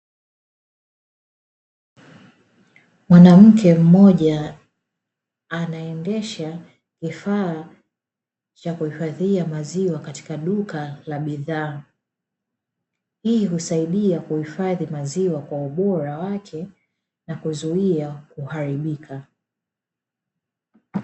Mwanamke mmoja anaendesha kifaa cha kuhifadhia maziwa Katika duka la bidhaa, hii husaidia kuhifadhi maziwa kwa ubora wake na kuzuia kuharibika.